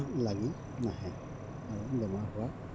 লাগি নাহে আৰু বেমাৰ হোৱাৰ